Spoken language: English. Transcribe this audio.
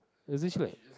isn't she like